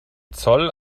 zoll